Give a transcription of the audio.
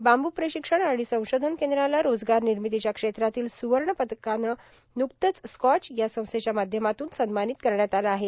बांबू प्रशिक्षण आणि संशोधन कद्राला रोजगार निर्मोतीच्या क्षेत्रातील सुवण पदकाने नुकतेच स्कॉच या संस्थेत्या माध्यमातून सन्मानीत करण्यात आल आहे